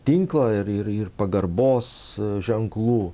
tinklą ir ir ir pagarbos ženklų